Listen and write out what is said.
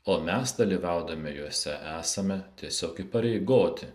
o mes dalyvaudami jose esame tiesiog įpareigoti